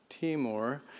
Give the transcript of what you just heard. Timor